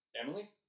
Emily